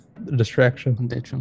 Distraction